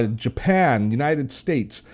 ah japan, united states,